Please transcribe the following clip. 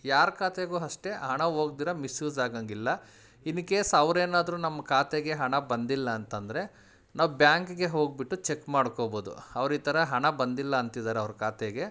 ಯಾರ ಖಾತೆಗೂ ಅಷ್ಟೆ ಹಣ ಹೋಗ್ದಿರ ಮಿಸ್ಯೂಸ್ ಆಗೋಂಗಿಲ್ಲ ಇನ್ಕೇಸ್ ಅವರೇನಾದ್ರು ನಮ್ಮ ಖಾತೆಗೆ ಹಣ ಬಂದಿಲ್ಲ ಅಂತಂದರೆ ನಾವು ಬ್ಯಾಂಕಿಗೆ ಹೋಗಿಬಿಟ್ಟು ಚಕ್ ಮಾಡ್ಕೊಬೋದು ಅವ್ರು ಈ ಥರ ಹಣ ಬಂದಿಲ್ಲ ಅಂತಿದಾರೆ ಅವ್ರ ಖಾತೆಗೆ